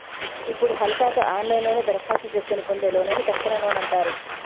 ఇప్పుడు హల్కగా ఆన్లైన్లోనే దరఖాస్తు చేసుకొని పొందే లోన్లను తక్షణ లోన్ అంటారు